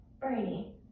Brainy